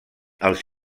els